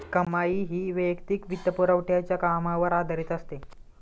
कमाई ही वैयक्तिक वित्तपुरवठ्याच्या कामावर आधारित असते